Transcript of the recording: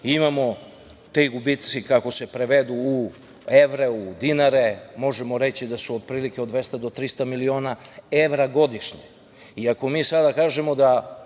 imamo ti gubici, kako se prevedu u evre, u dinare, možemo reći da su otprilike od 200 do 300 miliona evra godišnje i ako mi sada kažemo da